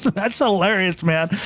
that's hilarious, man.